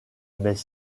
mais